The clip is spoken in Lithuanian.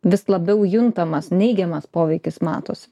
vis labiau juntamas neigiamas poveikis matosi